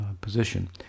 position